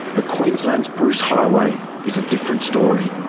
but queensland's bruce highway is a different story.